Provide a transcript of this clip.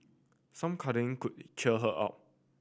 some cuddling could cheer her up